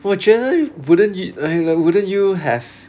我觉得 wouldn't you li~ like wouldn't you have